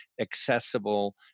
accessible